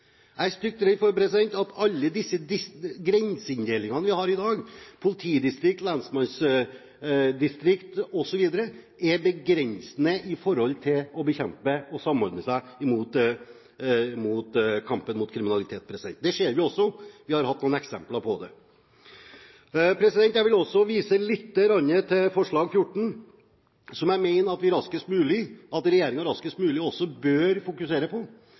Jeg er stygt redd for at alle disse grenseinndelingene vi har i dag, politidistrikt, lensmannsdistrikt osv., er begrensende i forhold til å bekjempe kriminalitet og samordne seg i kampen mot kriminalitet. Vi ser også at vi har hatt noen eksempler på det. Jeg vil også vise til forslag nr. 14, som jeg mener at regjeringen raskest mulig bør fokusere på, og det er å få samordnet spesialenhetene, treningssenter, Politihøgskolen, og få det på